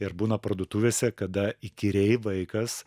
ir būna parduotuvėse kada įkyriai vaikas